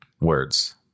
words